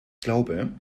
glaube